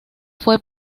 fue